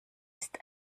ist